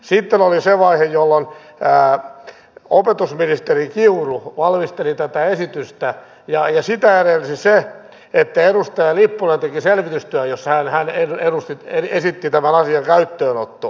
sitten oli se vaihe jolloin opetusministeri kiuru valmisteli tätä esitystä ja sitä edelsi se että edustaja lipponen teki selvitystyön jossa hän esitti tämän asian käyttöönottoa